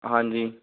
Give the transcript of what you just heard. ਹਾਂਜੀ